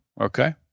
Okay